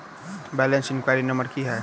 Balance enquiry number की है?